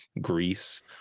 Greece